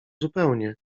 zupełnie